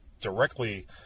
directly